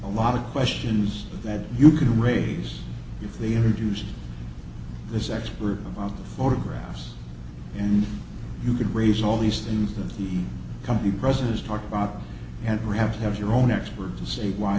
a lot of questions that you can raise if they introduce this expert about the photographs and you could raise all these things that the company president is talking about and we have to have your own expert to see why